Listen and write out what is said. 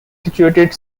situated